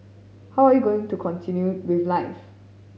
how are you going to continue with life